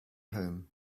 home